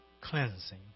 cleansing